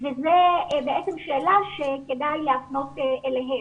וזה בעצם שאלה שכדאי להפנות אליהם.